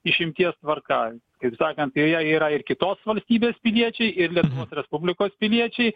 išimties tvarka kaip sakant jei jie yra ir kitos valstybės piliečiai ir lietuvos respublikos piliečiai